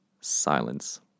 silence